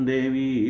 Devi